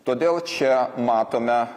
todėl čia matome